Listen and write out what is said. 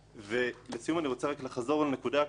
לסיום אני רוצה לחזור לנקודה הקודמת,